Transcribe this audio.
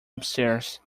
upstairs